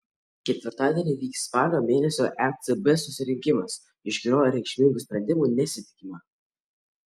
ketvirtadienį vyks spalio mėnesio ecb susirinkimas iš kurio reikšmingų sprendimų nesitikima